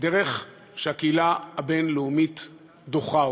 דרך שהקהילה הבין-לאומית דוחה.